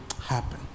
happen